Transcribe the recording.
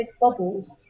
bubbles